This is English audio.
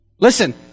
Listen